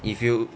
if you